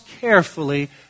carefully